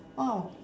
!wow!